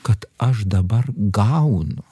kad aš dabar gaunu